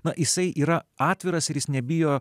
na jisai yra atviras ir jis nebijo